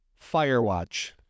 Firewatch